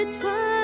time